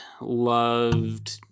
loved